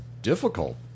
difficult